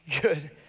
Good